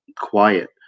quiet